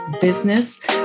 business